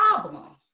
problem